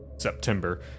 September